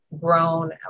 grown